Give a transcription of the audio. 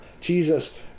Jesus